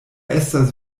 estas